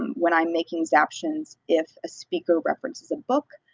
when i'm making zaptions, if a speaker references a book,